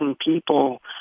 people